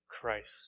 Christ